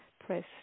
Press